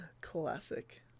Classic